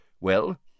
Well